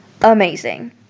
amazing